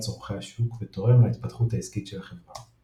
צורכי השוק ותורם להתפתחות העסקית של החברה.